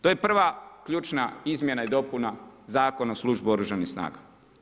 To je prva ključna izmjena i dopuna Zakona o službi u Oružanim snagama.